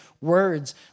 words